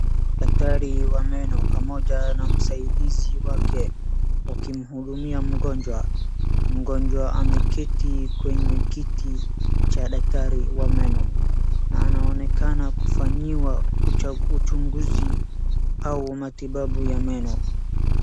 Daktari wa meno pamoja na msaidizi wake wakimhudumia mgonjwa. Mgonjwa ameketi kwenye kiti cha daktari wa meno. Na anaonekana kufanyiwa uchunguzi au matibabu ya meno.